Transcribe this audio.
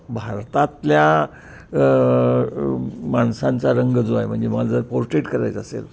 भारतातल्या माणसांचा रंग जो आहे म्हणजे मा जर पोर्ट्रेट करायचं असेल